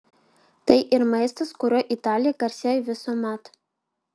tai ir maistas kuriuo italija garsėjo visuomet